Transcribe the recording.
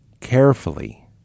carefully